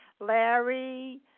Larry